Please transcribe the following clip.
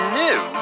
new